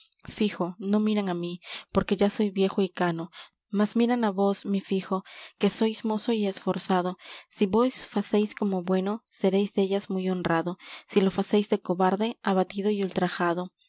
no miran á mí porque ya soy viejo y cano mas miran á vos mi fijo que sois mozo y esforzado si vos facéis como bueno seréis dellas muy honrado si lo facéis de cobarde abatido y ultrajado